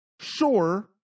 Sure